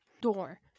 door